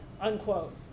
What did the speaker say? unquote